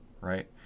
right